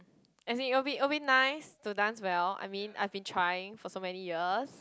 as in it'll be it'll be nice to dance well I mean I've been trying for so many years